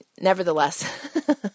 nevertheless